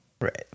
Right